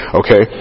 okay